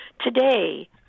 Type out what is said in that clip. Today